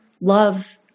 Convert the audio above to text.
love